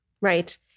Right